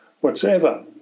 whatsoever